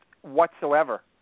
whatsoever